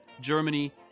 Germany